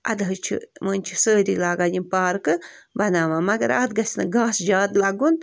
اَدٕ حظ چھِ وۅنۍ چھِ سٲری لاگان یِم پارکہٕ بَناوان مگر اَتھ گَژھِ نہٕ گاسہٕ زیادٕ لَگُن